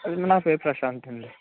నా పేరు ప్రశాంత్ అండి